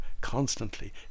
constantly